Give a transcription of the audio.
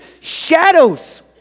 shadows